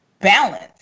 balance